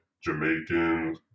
Jamaican